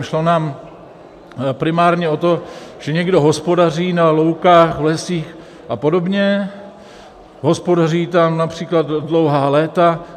Šlo nám primárně o to, že někdo hospodaří na loukách, v lesích a podobě, hospodaří tam například dlouhá léta.